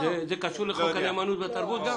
זה קשור לחוק הנאמנות והתרבות גם?